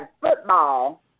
football